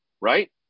right